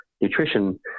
nutrition